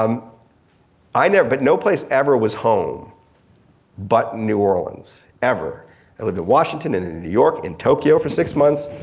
um i never, but no place ever was home but new orleans ever. i lived in washington and in new york and tokyo for six months.